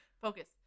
Focus